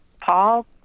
Paul